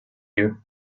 you